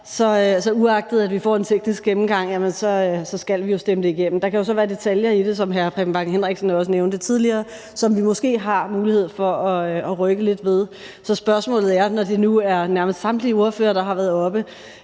Så uagtet at vi får en teknisk gennemgang, skal vi jo stemme det igennem. Der kan så være detaljer i det, som hr. Preben Bang Henriksen også nævnte tidligere, som vi måske har mulighed for at rykke lidt ved. Så spørgsmålet er, når det nu nærmest er samtlige ordførere, der har været oppe